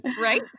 right